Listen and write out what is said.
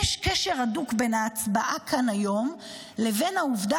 יש קשר הדוק בין ההצבעה כאן היום לבין העובדה